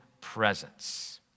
presence